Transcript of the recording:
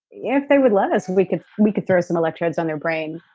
yeah if they would let us, we could we could throw some electrodes on their brain,